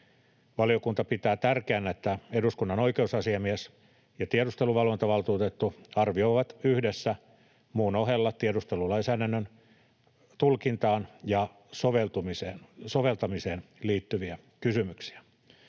Valiokunta pitää tärkeänä, että eduskunnan oikeusasiamies ja tiedusteluvalvontavaltuutettu arvioivat yhdessä muun ohella tiedustelulainsäädännön tulkintaan ja soveltamiseen liittyviä kysymyksiä.